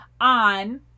on